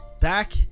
Back